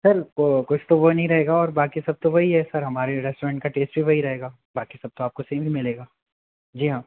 sir कुछ तो वो नहीं रहेगा बाकी सब तो वही है हमारे रेस्टोरेंट का टेस्ट भी वही रहेगा बाकि सब तो आपको सेम ही मिलेगा जी हाँ